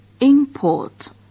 import